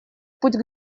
путь